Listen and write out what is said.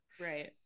right